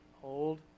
Hold